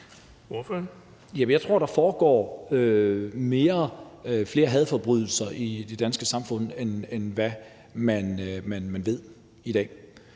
jeg tror, der foregår flere hadforbrydelser i det danske samfund, end hvad man ved i dag,